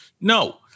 No